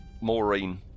Maureen